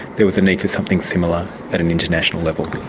there was a need for something similar at an international level.